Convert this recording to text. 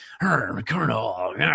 Colonel